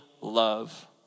love